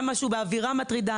גם במה שהוא עניין של אווירה מטרידה.